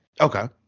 Okay